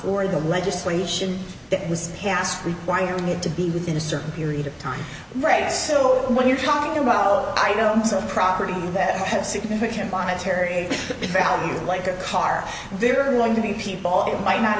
for the legislation that was passed requiring it to be within a certain period of time right civil when you're talking about items of property that have significant monetary value like a car they're going to be people or might not